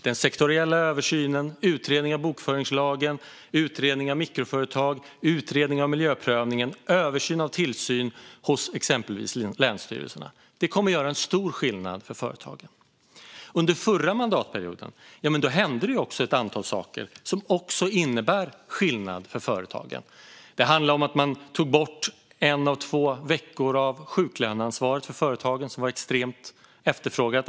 Den sektoriella översynen, utredningen av bokföringslagen, utredningen av mikroföretag, utredningen av miljöprövningen och översynen av tillsyn hos exempelvis länsstyrelserna kommer att göra stor skillnad för företagen. Under den förra mandatperioden hände det ett antal saker som också innebär skillnad för företagen. Det handlar om att man tog bort en av två veckors sjuklöneansvar för företagen, något som var extremt efterfrågat.